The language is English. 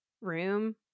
room